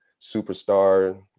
superstar